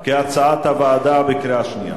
בעד,